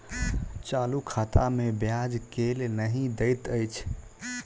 चालू खाता मे ब्याज केल नहि दैत अछि